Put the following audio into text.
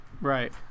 Right